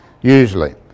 usually